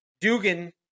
Dugan